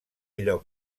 lloc